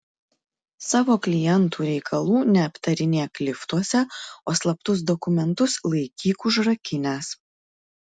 savo klientų reikalų neaptarinėk liftuose o slaptus dokumentus laikyk užrakinęs